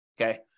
Okay